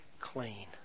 clean